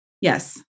Yes